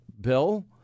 Bill